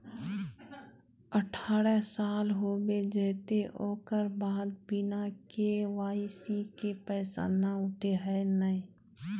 अठारह साल होबे जयते ओकर बाद बिना के.वाई.सी के पैसा न उठे है नय?